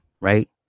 Right